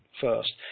first